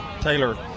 taylor